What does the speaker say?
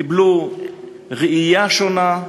קיבלו ראייה שונה,